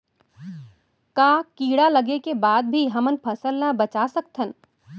का कीड़ा लगे के बाद भी हमन फसल ल बचा सकथन?